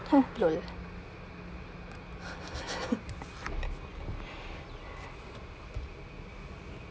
LOL